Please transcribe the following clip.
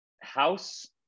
house